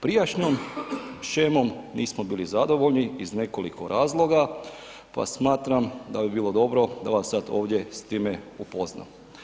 Prijašnjom shemom nismo bili zadovoljni iz nekoliko razloga pa smatram da bi bilo dobro da vas ovdje s time upoznam.